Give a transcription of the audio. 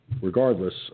regardless